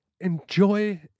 enjoy